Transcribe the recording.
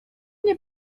nie